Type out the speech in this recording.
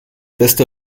beste